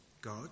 God